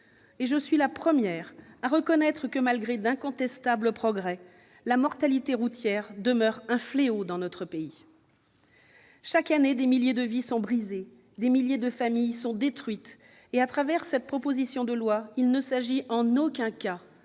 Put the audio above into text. Je suis la première à reconnaître que, malgré d'incontestables progrès, la mortalité routière demeure un fléau dans notre pays. Chaque année, des milliers de vies sont brisées et des milliers de familles sont détruites. À travers cette proposition de loi, il ne s'agit en aucun cas